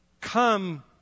come